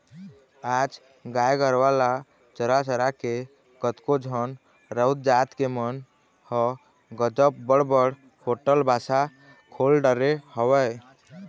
आज गाय गरुवा ल चरा चरा के कतको झन राउत जात के मन ह गजब बड़ बड़ होटल बासा खोल डरे हवय